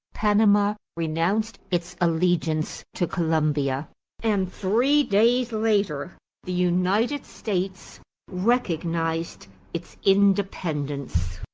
panama renounced its allegiance to colombia and three days later the united states recognized its independence.